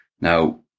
now